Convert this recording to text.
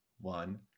one